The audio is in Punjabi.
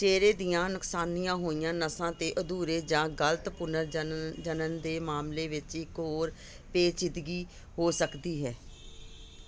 ਚਿਹਰੇ ਦੀਆਂ ਨੁਕਸਾਨੀਆਂ ਹੋਈਆਂ ਨਸਾਂ 'ਤੇ ਅਧੂਰੇ ਜਾਂ ਗਲਤ ਪੁਨਰ ਜਨਨ ਜਨਨ ਦੇ ਮਾਮਲੇ ਵਿੱਚ ਇੱਕ ਹੋਰ ਪੇਚੀਦਗੀ ਹੋ ਸਕਦੀ ਹੈ